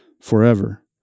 forever